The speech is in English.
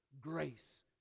grace